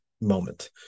moment